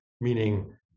meaning